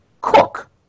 cook